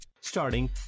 Starting